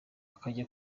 ajya